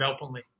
openly